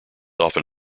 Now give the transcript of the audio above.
often